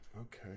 Okay